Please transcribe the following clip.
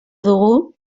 dugu